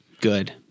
good